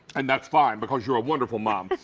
and that's fine because you're a wonderful mom.